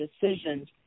decisions